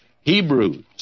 Hebrews